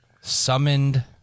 summoned